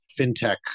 FinTech